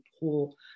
pull